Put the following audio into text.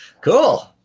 Cool